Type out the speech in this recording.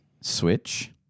switch